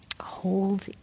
hold